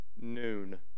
noon